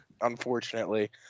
Unfortunately